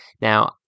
now